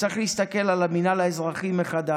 שצריך להסתכל על המינהל האזרחי מחדש,